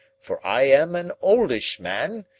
for i am an oldish man,